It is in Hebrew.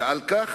ועל כן,